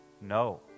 No